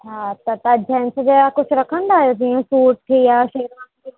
हा त तव्हां जेन्ट्स जा कुझु रखंदा आहियो जीअं सूट थी या शेरवानी थी